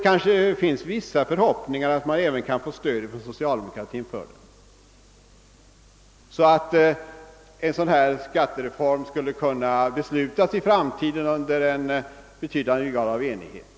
Kanske kan man också hysa förhoppningar om att få stöd för det från socialdemokraterna, så att vi kan besluta om reformen under en betydande grad av enighet.